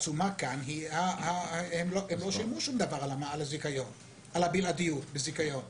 התשומה כאן היא שהם לא שילמו שום דבר על הבלעדיות בזיכיון.